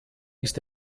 ist